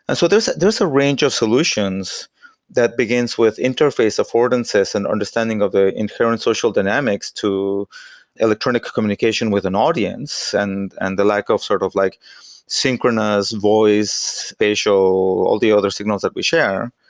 and so there's there's a range of solutions that begins with interface affordances and understanding of an inherent social dynamics to electronic communication with an audience and and the like of sort of like synchronous voice, facial, all the other signals that we share,